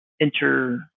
enter